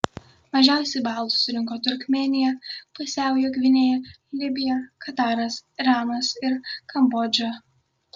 mažiausiai balų surinko turkmėnija pusiaujo gvinėja libija kataras iranas ir kambodža